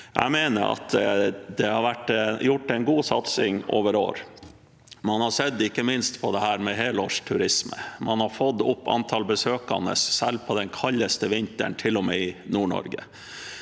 Jeg mener at det har vært gjort en god satsing over år. Ikke minst har man sett på helårsturisme. Man har fått opp antall besøkende selv på den kaldeste vinteren – til og med i Nord-Norge.